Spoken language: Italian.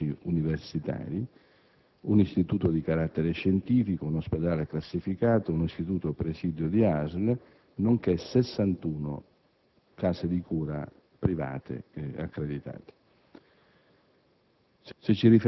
3 policlinici universitari, un istituto di carattere scientifico, un ospedale classificato, un istituto presidio di ASL nonché 61 case di cura private accreditate.